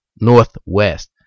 Northwest